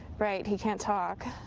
right. he can't talk.